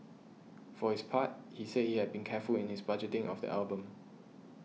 for his part he said he had been careful in his budgeting of the album